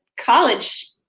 college